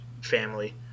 family